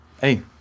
hey